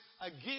again